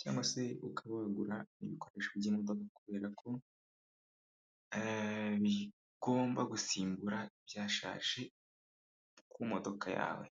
cyangwa se ukaba wagura ibikoresho by'imodoka kubera ko bigomba gusimbura ibyashaje ku modoka yawe.